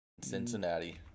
Cincinnati